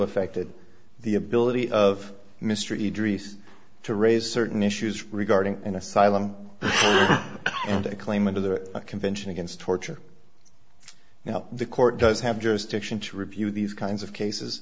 affected the ability of mr de drees to raise certain issues regarding an asylum claim into the convention against torture now the court does have jurisdiction to review these kinds of cases